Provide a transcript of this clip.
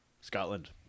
Scotland